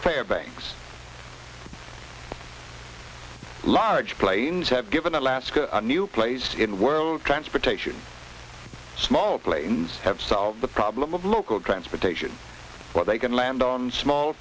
fairbanks large planes have given alaska a new place in the world transportation small planes have solved the problem of local transportation where they can land on small